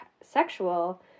sexual